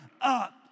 up